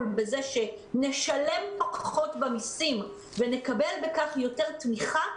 בזה שנשלם פחות במסים ונקבל בכך יותר תמיכה,